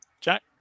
Jack